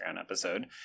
episode